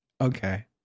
Okay